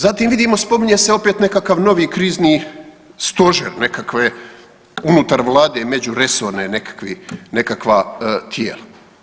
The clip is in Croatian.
Zatim, vidimo, spominje se opet nekakav novi križni stožer, nekakve unutar Vlade međuresorne, nekakvi, nekakva tijela.